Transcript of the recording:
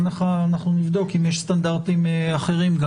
נבדוק אם יש סטנדרטים אחרים.